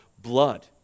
blood